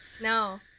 No